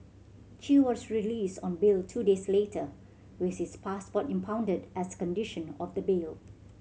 chew was released on bail two days later with his passport impounded as a condition of the bail